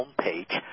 homepage